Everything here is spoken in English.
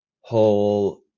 whole